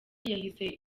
yahise